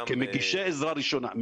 כמגישי עזרה ראשונה.